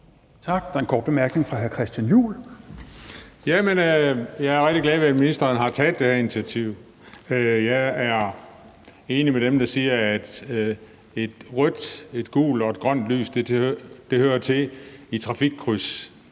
Jeg er rigtig glad ved, at ministeren har taget det her initiativ. Jeg er enig med dem, der siger, at et rødt, et gult og et grønt lys hører til i et kryds